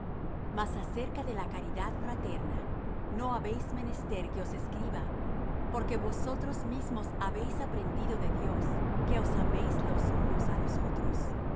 mas acerca de la caridad fraterna no habéis menester que os escriba porque vosotros mismos habéis aprendido de dios que os améis los unos á los otros